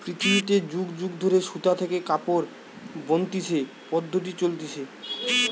পৃথিবীতে যুগ যুগ ধরে সুতা থেকে কাপড় বনতিছে পদ্ধপ্তি চলতিছে